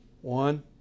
One